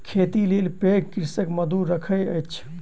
खेतीक लेल पैघ कृषक मजदूर रखैत अछि